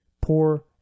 poor